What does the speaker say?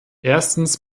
erstens